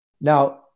Now